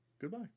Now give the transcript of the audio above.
Goodbye